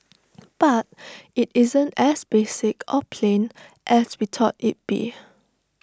but IT isn't as basic or plain as we thought it'd be